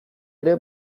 ere